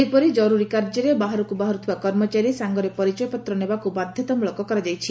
ସେହିପରି କର୍ବରୀ କାର୍ଯ୍ୟରେ ବାହାରକୁ ବାହାର୍ତଥିବା କର୍ମଚାରୀ ସାଙ୍ଗରେ ପରିଚୟପତ୍ର ନେବାକୁ ବାଧତାମଳକ କରାଯାଇଛି